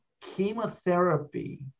chemotherapy